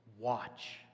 watch